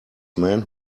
man